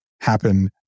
happen